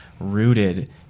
rooted